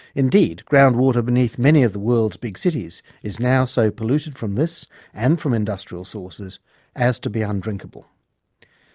indeed groundwater beneath many of the world's big cities is now so polluted from this and from industrial sources as to be undrinkable.